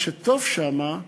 מה שטוב שם,